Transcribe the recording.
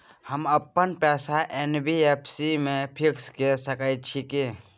हम अपन पैसा एन.बी.एफ.सी म फिक्स के सके छियै की?